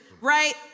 Right